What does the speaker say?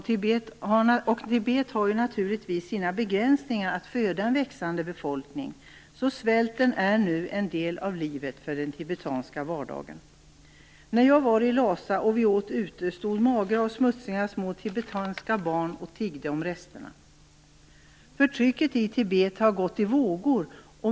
Tibet har naturligtvis sina begränsningar när det gäller att föda en växande befolkning, därför är svälten nu en del av livet i den tibetanska vardagen. När jag var i Lhasa och vi åt ute stod magra och smutsiga små tibetanska barn och tiggde om resterna. Förtrycket i Tibet har gått i vågor.